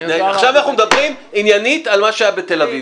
עכשיו אנחנו מדברים עניינית על מה שהיה בתל אביב.